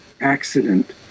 accident